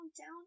down